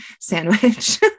sandwich